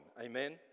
Amen